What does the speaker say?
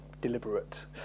deliberate